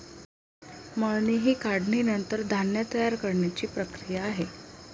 मळणी ही काढणीनंतर धान्य तयार करण्याची प्रक्रिया आहे